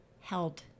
held